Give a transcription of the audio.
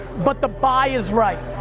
but the buy is right.